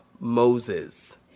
Moses